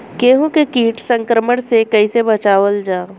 गेहूँ के कीट संक्रमण से कइसे बचावल जा?